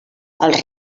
els